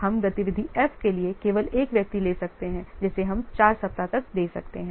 हम गतिविधि F के लिए केवल 1 व्यक्ति ले सकते हैं जिसे हम 4 सप्ताह तक दे सकते हैं